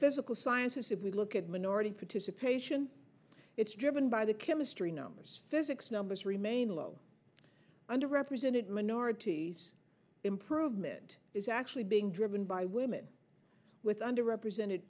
physical sciences if we look at minority participation it's driven by the chemistry numbers physics numbers remain low under represented minorities improvement is actually being driven by women with under represented